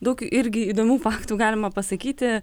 daug irgi įdomių faktų galima pasakyti